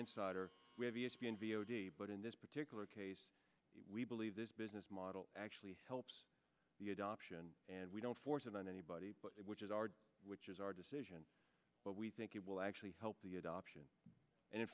insider we have e s p n vo day but in this particular case we believe this business model actually helps the adoption and we don't force it on anybody which is our which is our decision but we think it will actually help the adoption and in